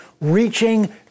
reaching